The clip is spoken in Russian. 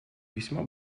весьма